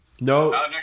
No